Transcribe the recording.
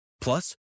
Plus